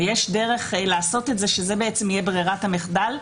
ויש דרך לעשות את זה שזה יהיה ברירת המחדל,